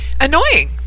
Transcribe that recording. annoying